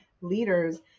leaders